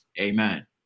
Amen